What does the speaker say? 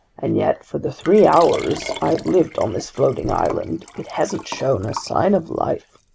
and yet for the three hours i've lived on this floating island, it hasn't shown a sign of life.